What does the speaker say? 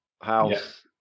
house